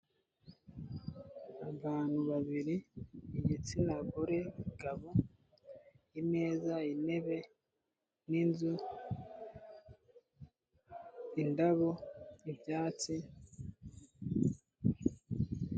Abantu babiri, igitsina gore, gabo, imeza, intebe n'inzu, indabo, ibyatsi.